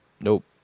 Nope